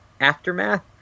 Aftermath